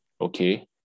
okay